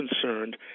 concerned